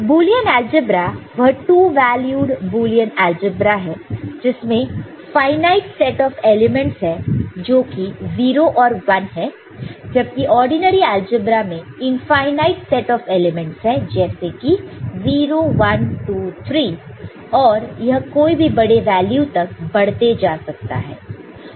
Boolean algebra वह 2 valued Boolean algebra है जिसमें फाईनाइट सेट ऑफ़ एलिमेंट्स है जोकि 0 और 1 है जबकि ऑर्डिनरी अलजेब्रा में इनफाईनाइट सेट ऑफ़ एलिमेंट्स है जैसे कि 01 2 3 और यह कोई भी बड़े वैल्यू तक बढ़ते जा सकता है